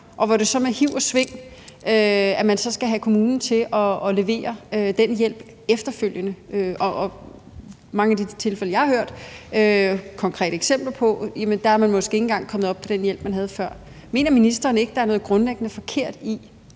og man skal så med hiv og sving have kommunen til at levere den hjælp efterfølgende. I mange af de tilfælde, jeg har hørt konkrete eksempler på, er man måske ikke engang kommet op på den hjælp, man havde før. Mener ministeren ikke, der er noget grundlæggende forkert i,